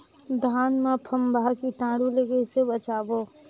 धान मां फम्फा कीटाणु ले कइसे बचाबो?